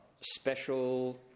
special